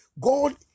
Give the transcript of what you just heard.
God